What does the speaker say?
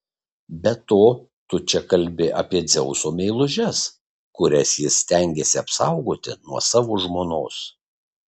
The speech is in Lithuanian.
be to tu čia kalbi apie dzeuso meilužes kurias jis stengėsi apsaugoti nuo savo žmonos